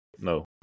No